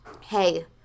hey